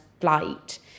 flight